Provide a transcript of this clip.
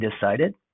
decided